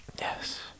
Yes